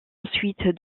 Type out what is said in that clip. ensuite